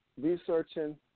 researching